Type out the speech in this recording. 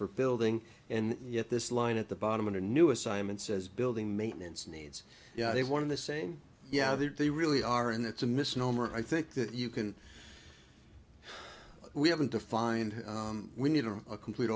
for building and yet this line at the bottom of the new assignment says building maintenance needs yeah a one of the same yeah they really are and it's a misnomer i think that you can we haven't defined we need a complete